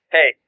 hey